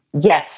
yes